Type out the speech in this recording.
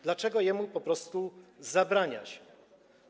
Dlaczego jemu po prostu zabrania się tego?